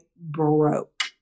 broke